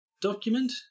document